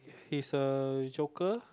he's a joker